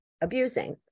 abusing